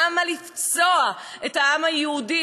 למה לפצוע את העם היהודי?